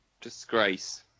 disgrace